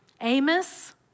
Amos